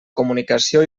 comunicació